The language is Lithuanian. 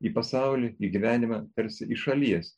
į pasaulį į gyvenimą tarsi iš šalies